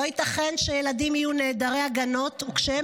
לא ייתכן שילדים יהיו נעדרי הגנות כשהם